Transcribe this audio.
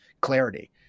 clarity